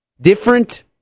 different